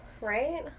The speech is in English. right